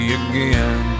again